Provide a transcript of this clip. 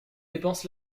dépense